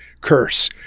curse